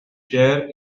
share